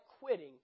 quitting